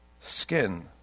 skin